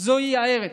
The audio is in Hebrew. "זוהי ארץ":